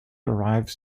arrives